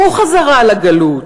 וחזרה אל הגלות,